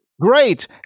Great